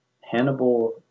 Hannibal